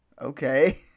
okay